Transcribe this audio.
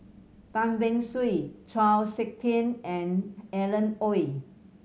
Tan Beng Swee Chau Sik Ting and Alan Oei